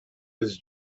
his